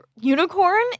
unicorn